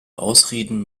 ausreden